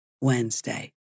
Wednesday